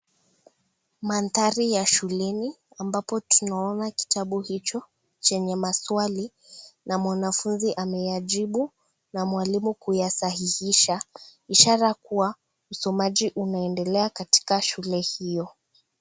Mandhari ya shuleni, ambapo tunaona kitabu hicho, chenye maswali na mwanafunzi ameyajibu na mwalimu ameyasahihisha ishara kuwa, usomaji unaendelea katika shule hiyo.